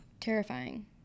Terrifying